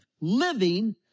living